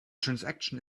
transaction